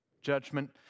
Judgment